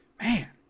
Man